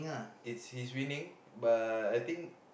it's his winning but I think